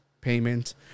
Payment